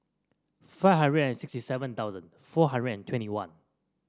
five hundred and sixty seven thousand four hundred and twenty one